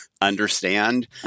understand